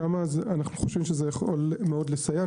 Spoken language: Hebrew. שם אנחנו חושבים שזה יכול מאוד לסייע.